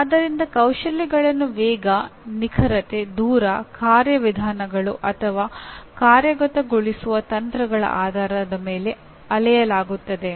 ಆದ್ದರಿಂದ ಕೌಶಲ್ಯಗಳನ್ನು ವೇಗ ನಿಖರತೆ ದೂರ ಕಾರ್ಯವಿಧಾನಗಳು ಅಥವಾ ಕಾರ್ಯಗತಗೊಳಿಸುವ ತಂತ್ರಗಳ ಆಧಾರದ ಮೇಲೆ ಅಳೆಯಲಾಗುತ್ತದೆ